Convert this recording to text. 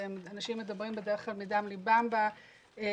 ואנשים מדברים בדרך כלל מדם לבם בדיונים